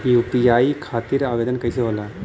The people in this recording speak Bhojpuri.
यू.पी.आई खातिर आवेदन कैसे होला?